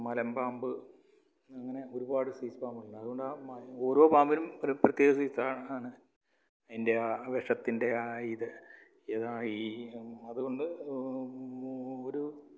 മലമ്പാമ്പ് അങ്ങനെ ഒരുപാട് സൈസ് പാമ്പുണ്ട് അതുകൊണ്ട് ആ ഓരോ പാമ്പിനും ഒരു പ്രത്യേക സൈസ് ആണ് ആണ് അതിൻ്റെ ആ വിഷത്തിൻ്റെ ആ ഇത് ഏതാണ് ഈ അതുകൊണ്ട് ഒരു